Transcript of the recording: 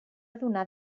adonar